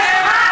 לכם,